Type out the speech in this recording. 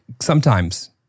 sometimes-